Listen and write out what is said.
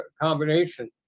combination